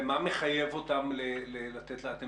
מה מחייב אותם לתת את הכלים?